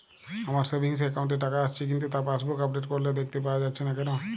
আমার savings account এ টাকা আসছে কিন্তু তা পাসবুক আপডেট করলে দেখতে পাওয়া যাচ্ছে না কেন?